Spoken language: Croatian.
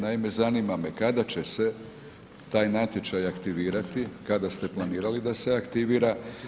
Naime, zanima me kada će se taj natječaj aktivirati, kada ste planirali da se aktivira?